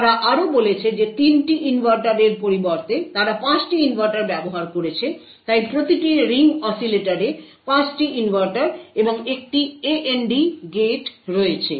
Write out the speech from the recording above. তারা আরও বলেছে যে 3টি ইনভার্টারের পরিবর্তে তারা 5টি ইনভার্টার ব্যবহার করেছে তাই প্রতিটি রিং অসিলেটরে 5টি ইনভার্টার এবং একটি AND গেট রয়েছে